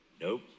nope